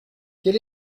quel